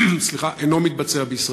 אינה מתבצעת בישראל?